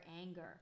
anger